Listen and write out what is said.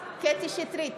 שטרית,